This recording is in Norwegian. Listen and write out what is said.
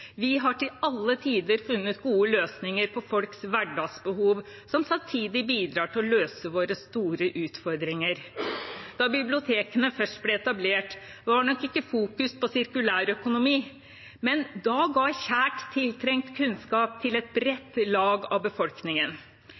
Vi har til alle tider funnet gode løsninger på folks hverdagsbehov, og som samtidig bidrar til å løse våre store utfordringer. Da bibliotekene først ble etablert, fokuserte man nok ikke på sirkulærøkonomi, men de ga da kjært tiltrengt kunnskap til et bredt lag av befolkningen.